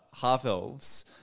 half-elves